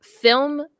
film